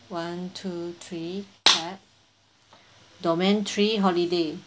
one two three clap domain three holiday